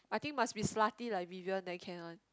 I think must be slutty like Vivian then can one